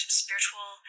spiritual